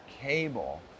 cable